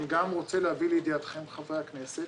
אני גם רוצה להביא לידיעתכם חברי הכנסת,